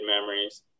memories